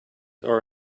are